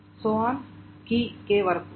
keyk వరకు